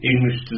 English